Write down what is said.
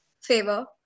favor